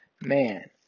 man